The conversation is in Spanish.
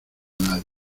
nadie